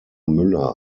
müller